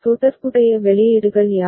தொடர்புடைய வெளியீடுகள் யாவை